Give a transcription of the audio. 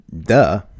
Duh